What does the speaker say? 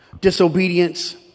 disobedience